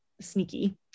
sneaky